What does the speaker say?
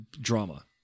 drama